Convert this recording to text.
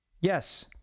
Yes